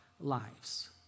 lives